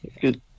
Good